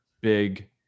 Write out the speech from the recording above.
big